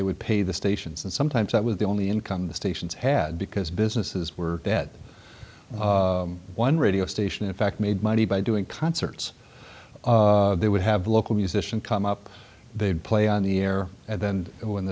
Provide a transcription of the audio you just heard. they would pay the stations and sometimes that was the only income the stations had because businesses were dead one radio station in fact made money by doing concerts they would have local musician come up they'd play on the air and then when